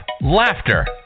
laughter